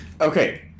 Okay